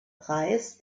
preis